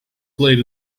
played